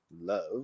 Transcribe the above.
love